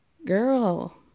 girl